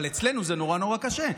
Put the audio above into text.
אבל אצלנו זה נורא נורא קשה.